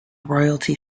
royalty